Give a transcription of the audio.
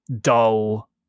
dull